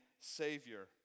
Savior